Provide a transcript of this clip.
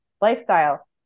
lifestyle